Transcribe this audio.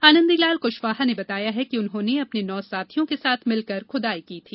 आनंदीलाल कुशवाहा ने बताया कि उन्होंने अपने नौ साथियों के साथ मिलकर खुदाई की थी